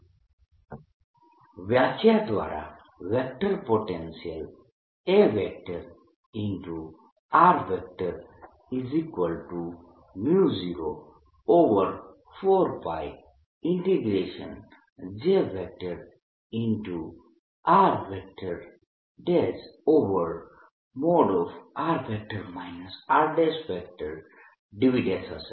Rdθ વ્યાખ્યા દ્વારા vector potential A04πJ r|r r|dV હશે